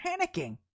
panicking